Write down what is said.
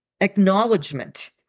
acknowledgement